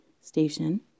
station